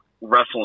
wrestling